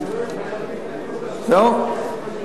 זהו?